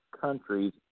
countries